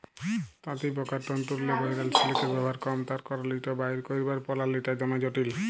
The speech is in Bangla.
তাঁতিপকার তল্তুরলে বহিরাল সিলিকের ব্যাভার কম তার কারল ইট বাইর ক্যইরবার পলালিটা দমে জটিল